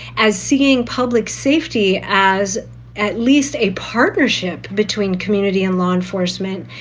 as seeing public safety as at least a partnership between community and law enforcement,